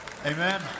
Amen